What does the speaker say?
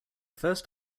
first